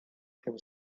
can